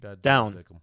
down